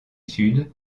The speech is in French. sud